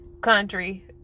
country